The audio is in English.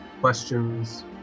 Questions